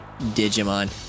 digimon